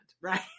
right